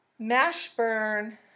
Mashburn